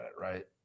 right